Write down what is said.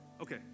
Okay